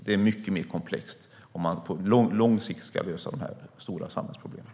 Det är mycket mer komplext, om de här stora samhällsproblemen ska lösas på lång sikt.